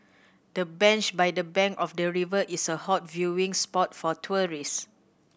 the bench by the bank of the river is a hot viewing spot for tourist